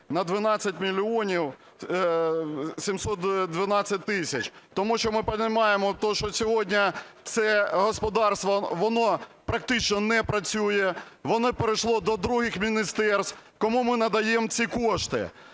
на 12 мільйонів 712 тисяч. Тому що ми розуміємо те, що сьогодні це господарство воно практично не працює, воно перейшло до других міністерств. Кому ми надаємо ці кошти?